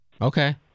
Okay